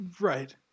right